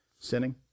sinning